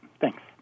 Thanks